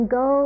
go